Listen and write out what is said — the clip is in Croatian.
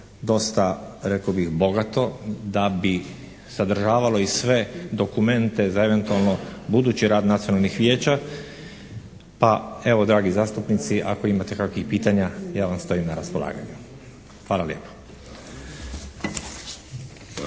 dosta rekao bih bogato da bi sadržavalo i sve dokumente za eventualno budući rad nacionalnih vijeća pa evo dragi zastupnici ako imate kakvih pitanja ja vam stojim na raspolaganju. Hvala lijepa.